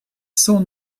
sans